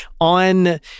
On